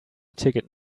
ticket